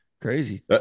crazy